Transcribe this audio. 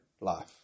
life